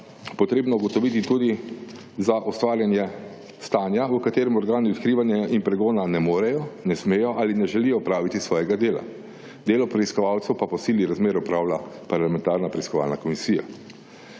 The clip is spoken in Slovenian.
potrebno ugotoviti tudi za ustvarjanje stanja v katerem organi odkrivanja in pregona ne morejo, ne smejo ali ne želijo opraviti svojega dela. Delo preiskovalcev pa po sili razmer opravlja parlamentarna preiskovalna komisija.